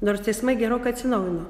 nors teismai gerokai atsinaujino